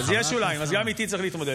אז יש שוליים, אז גם איתי צריך להתמודד.